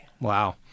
Wow